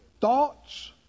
Thoughts